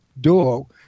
duo